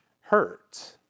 hurt